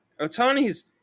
Otani's